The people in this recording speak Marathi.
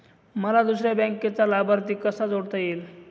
मला दुसऱ्या बँकेचा लाभार्थी कसा जोडता येईल?